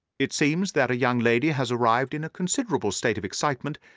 it seems that a young lady has arrived in a considerable state of excitement,